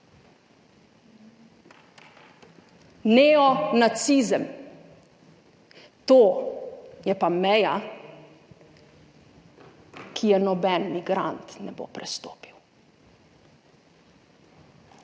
Neonacizem. To je pa meja, ki je noben migrant ne bo prestopil.